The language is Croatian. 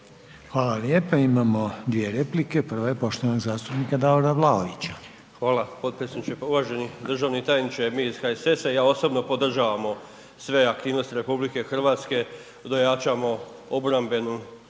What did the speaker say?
Hvala lijepo, imamo dvije replike, prva je poštovanog zastupnika Davora Vlaovića. **Vlaović, Davor (HSS)** Hvala potpredsjedniče. Pa uvaženi državni tajniče, mi iz HSS-a i ja osobno podržavamo sve aktivnosti RH da jačamo obrambenu